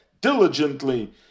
diligently